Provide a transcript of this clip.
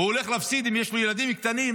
ואם יש לו ילדים קטנים,